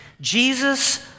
Jesus